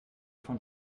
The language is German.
von